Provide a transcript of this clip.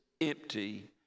empty